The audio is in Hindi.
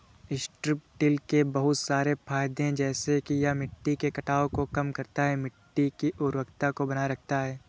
स्ट्रिप टील के बहुत सारे फायदे हैं जैसे कि यह मिट्टी के कटाव को कम करता है, मिट्टी की उर्वरता को बनाए रखता है